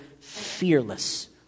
fearless